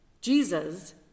Jesus